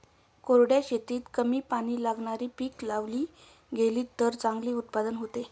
कोरड्या शेतीत कमी पाणी लागणारी पिकं लावली गेलीत तर चांगले उत्पादन होते